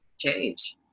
change